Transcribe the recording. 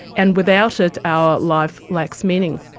and without it our life lacks meaning.